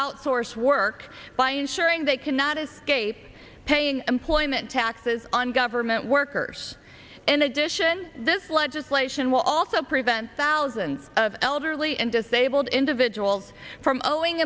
outsource work by ensuring they cannot escape paying employment taxes and government workers in addition this legislation will also prevent thousands of elderly and disabled individuals from owing